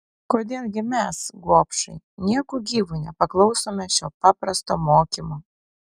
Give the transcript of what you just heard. kodėl gi mes gobšai nieku gyvu nepaklausome šio paprasto mokymo